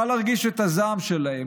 קל להרגיש את הזעם שלהם,